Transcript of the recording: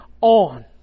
on